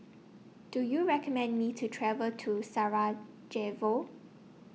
Do YOU recommend Me to travel to Sarajevo